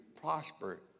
prosper